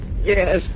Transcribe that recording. Yes